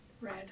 Red